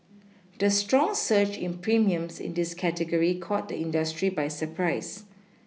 the strong surge in premiums in this category caught the industry by surprise